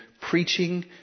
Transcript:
preaching